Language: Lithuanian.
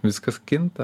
viskas kinta